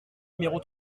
numéro